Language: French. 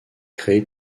créé